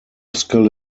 skill